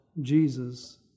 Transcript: Jesus